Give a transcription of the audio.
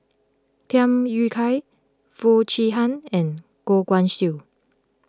Tham Yui Kai Foo Chee Han and Goh Guan Siew